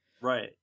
Right